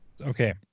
Okay